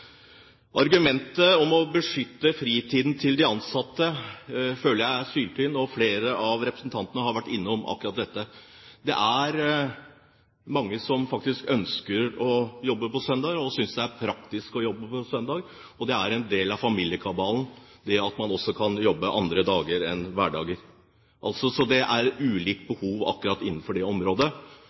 Argumentet om å beskytte fritiden til de ansatte er syltynt, og flere av representantene har vært innom akkurat dette. Det er mange som faktisk ønsker å jobbe på søndager, og som synes det er praktisk å jobbe på søndager, og det er en del av familiekabalen at man også kan jobbe på andre dager enn hverdager. Så det er ulike behov innenfor det området.